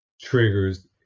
triggers